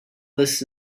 this